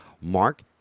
Mark